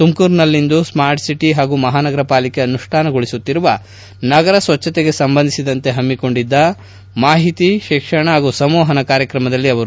ತುಮಕೊರಿನಲ್ಲಿಂದು smart city ಹಾಗೂ ಮಹಾನಗರ ಪಾಲಿಕೆ ಅನುಷ್ಟಾನಗೊಳಿಸುತ್ತಿರುವ ನಗರ ಸ್ವಚ್ಛತೆಗೆ ಸಂಬಂಧಿಸಿದಂತೆ ಹಮ್ನಿಕೊಂಡಿದ್ದ ಮಾಹಿತಿ ಶಿಕ್ಷಣ ಹಾಗೂ ಸಂವಹನ ಕಾರ್ಯಕ್ರಮದಲ್ಲಿ ಅವರು ಮಾತನಾಡುತ್ತಿದ್ದರು